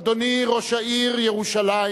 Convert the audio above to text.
אדוני ראש העיר ירושלים